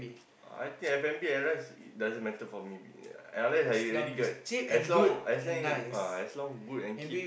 I think F-and-B at rest doesn't matter for me unless I already got as long as as long uh as long good and keep